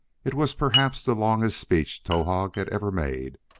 it was perhaps the longest speech towahg had ever made,